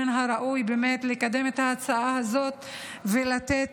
שמן הראוי באמת לקדם את ההצעה הזאת ולתת